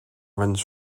runs